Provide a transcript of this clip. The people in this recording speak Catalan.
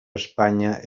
espanya